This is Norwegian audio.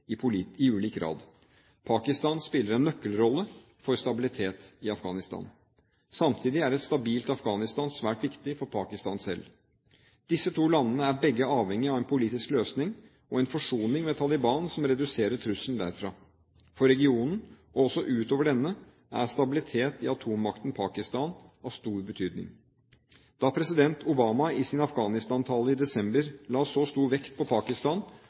deres interesser i ulik grad. Pakistan spiller en nøkkelrolle for stabilitet i Afghanistan. Samtidig er et stabilt Afghanistan svært viktig for Pakistan selv. Disse to landene er begge avhengig av en politisk løsning og en forsoning med Taliban som reduserer trusselen derfra. For regionen, og også utover denne, er stabilitet i atommakten Pakistan av stor betydning. Da president Obama i sin Afghanistan-tale i desember la så stor vekt på at Pakistan